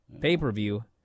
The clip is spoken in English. pay-per-view